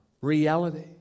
reality